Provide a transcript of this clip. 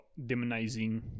demonizing